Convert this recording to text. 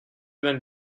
than